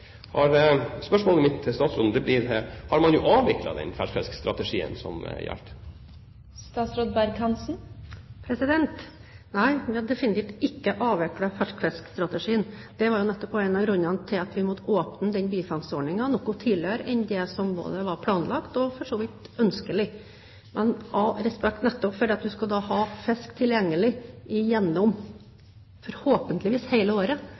Spørsmålet mitt til statsråden blir: Har man nå avviklet den ferskfiskstrategien som gjaldt? Nei, vi har definitivt ikke avviklet ferskfiskstrategien, det var nettopp en av grunnene til at vi måtte åpne bifangstordningen noe tidligere enn det som var planlagt, og for så vidt også ønskelig. Men av respekt nettopp for at man skal ha fisk tilgjengelig igjennom – forhåpentligvis – hele året,